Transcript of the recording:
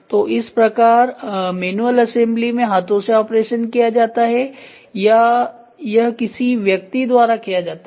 तो इस प्रकार मैनुअल असेंबली में हाथों से ऑपरेशन किया जाता है या यह किसी व्यक्ति द्वारा किया जाता है